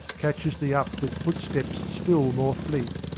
catches thee up with footsteps still more fleet.